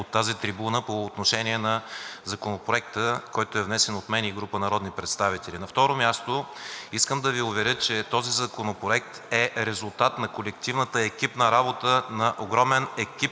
от тази трибуна по отношение на Законопроекта, който е внесен от мен и група народни представители. На второ място, искам да ви уверя, че този законопроект е резултат на колективната екипна работа на огромен екип